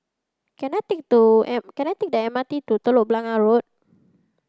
can I take M can I take the M R T to Telok Blangah Road